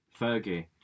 Fergie